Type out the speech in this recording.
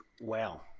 Wow